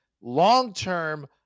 long-term